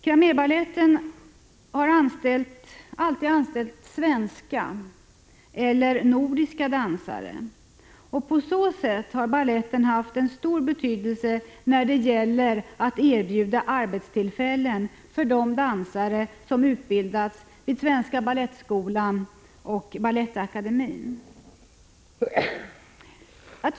Cramérbaletten har alltid anställt svenska eller nordiska dansare och har på så sätt haft stor betydelse när det gäller att erbjuda arbetstillfällen för de dansare som utbildats vid Svenska balettskolan och Balettakademien.